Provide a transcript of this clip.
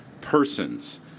persons